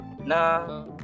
Nah